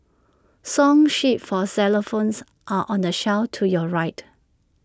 song sheets for xylophones are on the shelf to your right